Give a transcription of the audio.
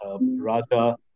Raja